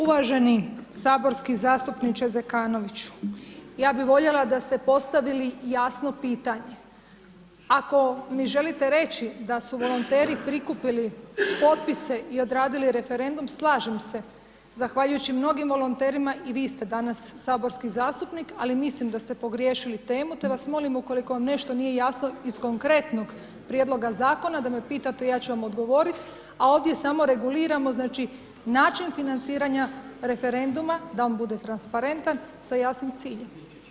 Uvaženi saborski zastupniče Zekanoviću, ja bi voljela da se postavili jasno pitanje, ako mi želite reći da su volonteri prikupili potpise i odradili referendum slažem se, zahvaljujući mnogim volonterima i vi ste danas saborski zastupnik, ali mislim da ste pogriješili temu te vas molim ukoliko vam nešto nije jasno iz konkretnog prijedloga zakona da me pitate ja ću vam odgovorit, a ovdje samo reguliramo znači način financiranja referenduma, da on bude transparentan sa jasnim ciljem.